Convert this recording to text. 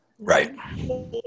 Right